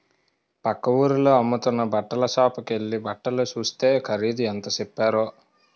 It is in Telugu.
పక్క వూరిలో అమ్ముతున్న బట్టల సాపుకెల్లి బట్టలు సూస్తే ఖరీదు ఎంత సెప్పారో